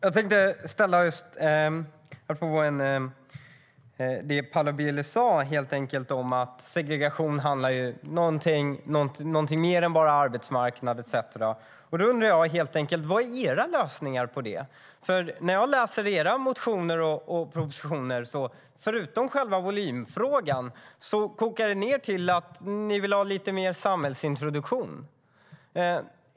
Herr talman! Paula Bieler sa att segregation handlar om mer än arbetsmarknad etcetera. Vad är er lösning på det? Om jag bortser från själva volymfrågan kokar det i era motioner och reservationer ned till att ni vill ha lite mer samhällsintroduktion.